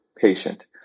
patient